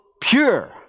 pure